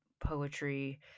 poetry